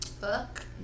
Fuck